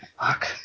Fuck